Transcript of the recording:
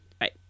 Right